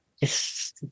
Yes